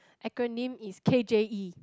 acronym is K_J_E